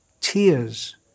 tears